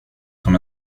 som